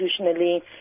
institutionally